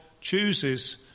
chooses